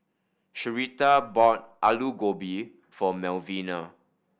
Sharita bought Alu Gobi for Melvina